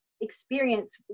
experience